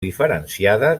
diferenciada